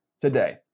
today